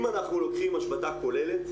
אם אנחנו לוקחים השבתה כוללת,